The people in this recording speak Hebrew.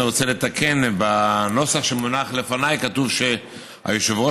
אני רוצה לתקן: בנוסח שמונח לפניי כתוב שהיושב-ראש